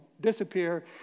disappear